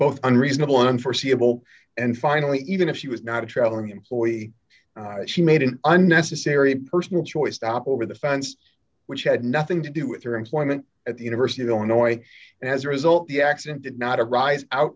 both unreasonable unforeseeable and finally even if she was not a traveling employee she made an unnecessary personal choice to hop over the fence which had nothing to do with her employment at the university of illinois and as a result the accident did not arise out